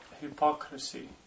hypocrisy